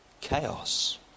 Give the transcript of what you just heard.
chaos